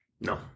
No